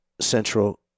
central